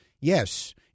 yes